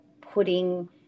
putting